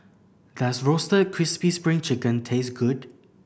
does Roasted Crispy Spring Chicken taste good